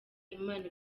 imana